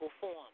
form